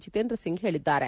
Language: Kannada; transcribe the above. ಜಿತೇಂದ್ರ ಸಿಂಗ್ ಹೇಳಿದ್ದಾರೆ